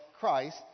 Christ